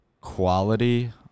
quality